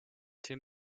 tim